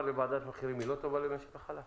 לוועדת מחירים היא לא טובה למשק החלב?